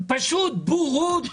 פשוט בורות,